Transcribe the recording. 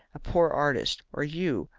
a poor artist, or you,